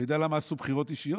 אתה יודע למה עשו בחירות אישיות?